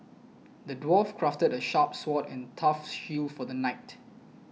the dwarf crafted a sharp sword a tough shield for the knight